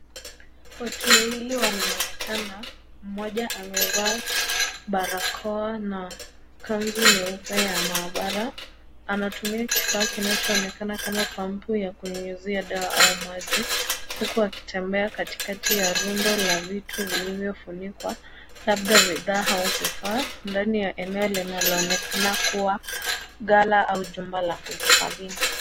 Watu wawili wanaonekana, mmoja amevaa barakoa na kanzu nyeupe ya maabara. Anatumia kifaa kinachoonekana kama pampu ya kunyunyizia dawa au maji, huku akitembea katikati ya rundo la vitu vilivyofunikwa, labda bidhaa au vifaa, ndani ya eneo linaloonekana kuwa ghala au jumba la kuhifadhia.